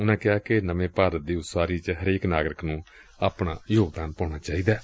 ਉਨੂਾਂ ਕਿਹਾ ਕਿ ਨਵੇਂ ਭਾਰਤ ਦੀ ਉਸਾਰੀ ਚ ਹਰੇਕ ਨਾਗਰਿਕ ਨੂੰ ਆਪਣਾ ਯੋਗਦਾਨ ਪਾਉਣਾ ਚਾਹੀਦੈ